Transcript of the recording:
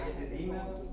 this email?